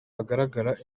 hagaragara